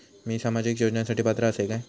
मी सामाजिक योजनांसाठी पात्र असय काय?